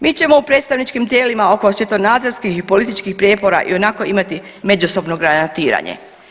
Mi ćemo u predstavničkim tijelima oko svjetonazorskih i političkih prijepora ionako imati međusobno granatiranje.